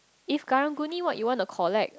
if Karang-Guni what you want to collect